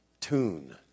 tune